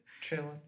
Chilling